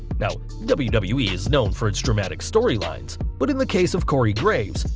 now, wwe wwe is known for its dramatic storylines, but in the case of corey graves,